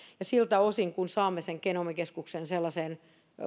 sitten luvassa rahaa kun saamme sen sellaiseen